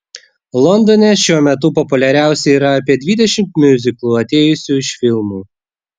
londone šiuo metu populiariausi yra apie dvidešimt miuziklų atėjusių iš filmų